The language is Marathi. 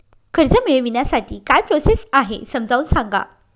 कर्ज मिळविण्यासाठी काय प्रोसेस आहे समजावून सांगा